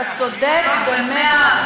הופכים אותה לחקיקה נגד, אתה צודק במאה אחוז.